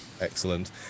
Excellent